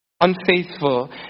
unfaithful